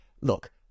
Look